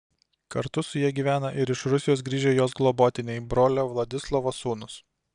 kartu su ja gyvena ir iš rusijos grįžę jos globotiniai brolio vladislovo sūnūs